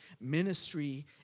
Ministry